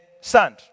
sand